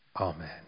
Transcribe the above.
Amen